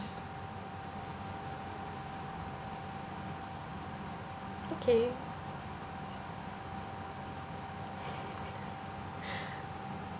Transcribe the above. okay